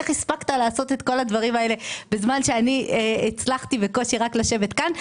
איך הספקת לעשות את כל הדברים האלה בזמן שאני הצלחתי בקושי רק לשבת כאן.